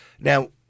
Now